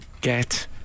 get